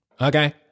Okay